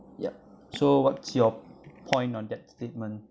yup so what's your point on that statement